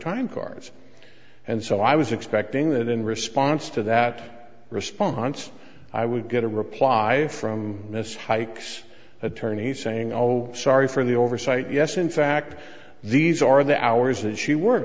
to cars and so i was expecting that in response to that response i would get a reply from this hikes attorney saying oh sorry for the oversight yes in fact these are the hours that she work